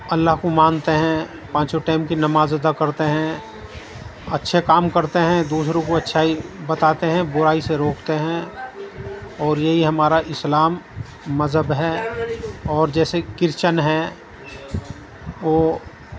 اللہ کو مانتے ہیں پانچوں ٹیم کی نماز ادا کرتے ہیں اچھے کام کرتے ہیں دوسروں کو اچھائی بتاتے ہیں برائی سے روکتے ہیں اور یہی ہمارا اسلام مذہب ہے اور جیسے کرچن ہیں وہ